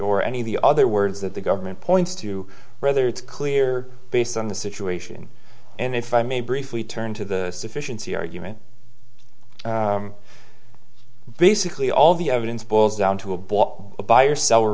sure any of the other words that the government points to whether it's clear based on the situation and if i may briefly turn to the sufficiency argument basically all the evidence boils down to a bought a buyer seller